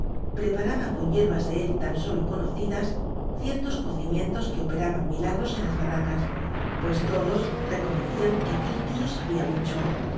preparaba con hierbas de él tan solo conocidas ciertos cocimientos que operaban milagros en las barracas pues todos reconocían que aquel tío sabía mucho